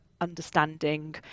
understanding